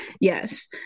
yes